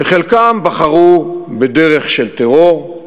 וחלקם בחרו בדרך של טרור,